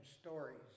stories